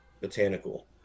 Botanical